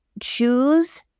choose